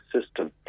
system